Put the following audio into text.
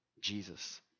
Jesus